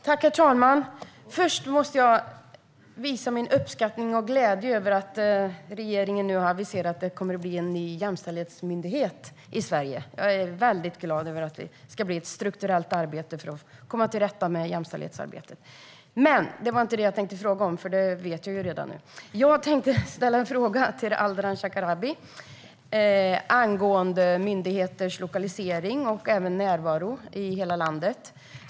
Herr talman! Först måste jag visa min uppskattning och glädje över att regeringen har aviserat att det kommer att bli en ny jämställdhetsmyndighet i Sverige. Jag är väldigt glad över att det ska bli ett strukturellt arbete för att komma till rätta med jämställdheten. Men det var inte det jag tänkte fråga om, för det vet jag ju redan. Jag tänkte ställde en fråga till Ardalan Shekarabi angående myndigheters lokalisering och närvaro i hela landet.